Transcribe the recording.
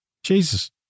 Jesus